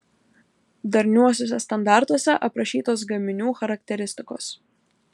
darniuosiuose standartuose aprašytos gaminių charakteristikos